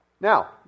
Now